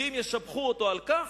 ואם ישבחו אותו על כך,